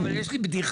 אבל יש לי בדיחה,